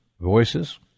voices